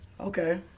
Okay